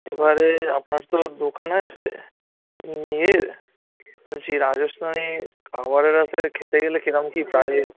এবারে আপনার তো দোকান আছে ইয়ের ওই সেই রাজস্থানী খাবারের খেতে গেলে কীরকম কী প্রাইস